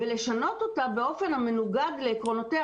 לשנות אותה באופן המנוגד לעקרונותיה,